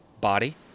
body